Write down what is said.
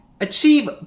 Achieve